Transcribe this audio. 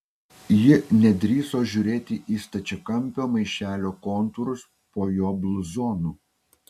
ji nedrįso žiūrėti į stačiakampio maišelio kontūrus po jo bluzonu